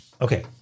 okay